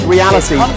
Reality